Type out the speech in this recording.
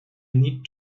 need